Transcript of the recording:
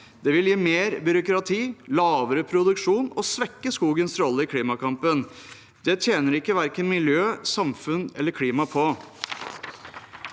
Det vil gi mer byråkrati, lavere produksjon og svekke skogens rolle i klimakampen. Det tjener verken miljøet, samfunnet eller klimaet på.